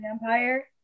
vampire